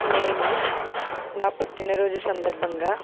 నేను నా పుట్టినరోజు సందర్భంగా